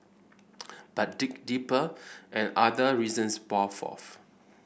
but dig deeper and other reasons pour forth